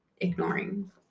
ignoring